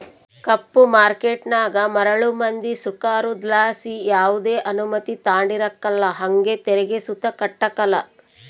ಕಪ್ಪು ಮಾರ್ಕೇಟನಾಗ ಮರುಳು ಮಂದಿ ಸೃಕಾರುದ್ಲಾಸಿ ಯಾವ್ದೆ ಅನುಮತಿ ತಾಂಡಿರಕಲ್ಲ ಹಂಗೆ ತೆರಿಗೆ ಸುತ ಕಟ್ಟಕಲ್ಲ